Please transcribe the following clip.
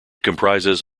comprises